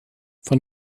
von